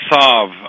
solve